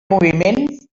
moviment